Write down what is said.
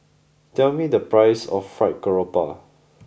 tell me the price of fried Garoupa